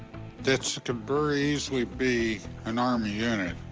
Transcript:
that could very easily be an army unit,